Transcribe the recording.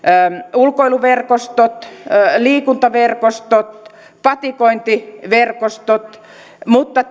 ulkoiluverkostot liikuntaverkostot patikointiverkostot mutta